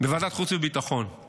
בוועדת חוץ וביטחון,